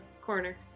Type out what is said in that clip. corner